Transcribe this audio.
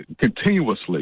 continuously